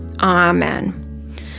Amen